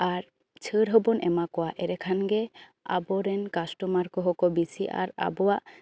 ᱟᱨ ᱪᱷᱟᱹᱲ ᱦᱚᱵᱚ ᱮᱢᱟ ᱠᱚᱣᱟ ᱮᱰᱮᱠᱷᱟᱱ ᱜᱮ ᱟᱵᱚ ᱟᱵᱚ ᱨᱮᱱ ᱠᱟᱥᱴᱳᱢᱟᱨ ᱠᱚᱦᱚᱸ ᱠᱚ ᱵᱤᱥᱤᱜᱼᱟ ᱟᱨ ᱟᱵᱚᱭᱟᱜ